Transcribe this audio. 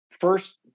first